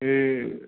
ए